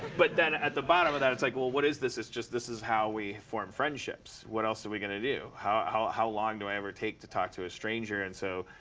but then, at the bottom of that, it's like, well, what is this? it's just this is how we form friendships. what else are we going to do? how how long do i ever take to talk to a stranger? and so,